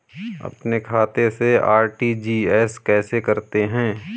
अपने खाते से आर.टी.जी.एस कैसे करते हैं?